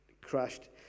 crashed